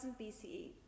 BCE